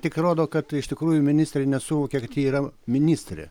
tik rodo kad iš tikrųjų ministrė nesuvokia kad ji yra ministrė